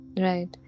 right